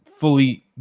fully